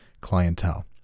clientele